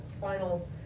final